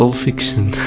so fiction